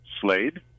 Slade